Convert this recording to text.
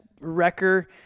wrecker